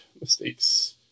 mistakes